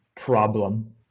problem